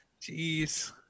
jeez